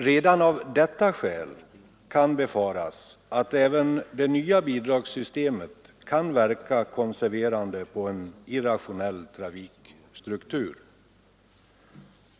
Redan av detta skäl kan befaras att även det nya bidragssystemet kan verka konserverande på en irrationell trafikstruktur.